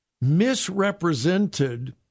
misrepresented